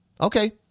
Okay